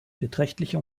beträchtliche